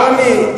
רוני,